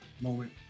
moment